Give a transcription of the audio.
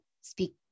speak